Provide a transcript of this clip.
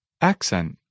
Accent